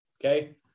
Okay